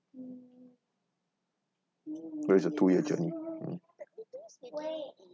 that's a two year journey